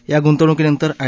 या गुंतवणूकीनंतर आय